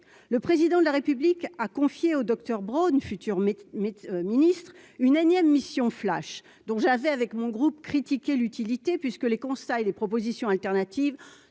le président de la République a confié au Docteur Braun, futur mais mais Ministre une énième mission flash, donc j'avais avec mon groupe critiquait l'utilité puisque les constats et les propositions alternatives